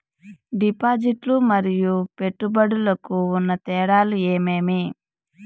డిపాజిట్లు లు మరియు పెట్టుబడులకు ఉన్న తేడాలు ఏమేమీ?